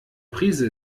prise